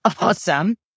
awesome